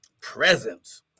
presence